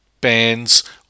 bands